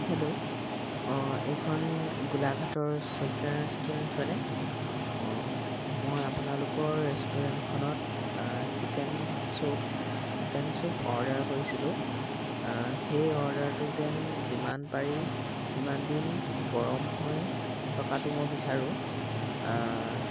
hello অঁ এইখন গোলাঘাটৰ শইকীয়া ৰেষ্টুৰেণ্ট হয়নে অঁ মই আপোনালোকৰ ৰেষ্টুৰেণ্টখনত chicken soup chicken soup order কৰিছিলোঁ সেই অৰ্ডাৰটো যেন যিমান পাৰি সিমান দিন গৰম হৈ থকাটো মই বিচাৰোঁ